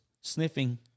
sniffing